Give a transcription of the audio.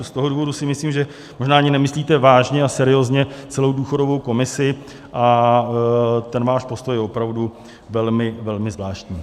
I z toho důvodu si myslím, že možná ani nemyslíte vážně a seriózně celou důchodovou komisi, a ten váš postoj opravdu velmi, velmi zvláštní.